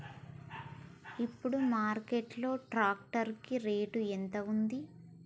ఇప్పుడు మార్కెట్ లో ట్రాక్టర్ కి రేటు ఎంత ఉంది?